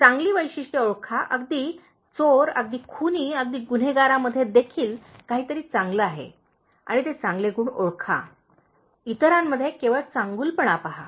चांगली वैशिष्ट्ये ओळखा अगदी चोर अगदी खुनी अगदी गुन्हेगारामध्येदेखील काहीतरी चांगले आहे आणि ते चांगले गुण ओळखा इतरांमध्ये केवळ चांगुलपणा पहा